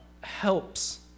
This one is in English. helps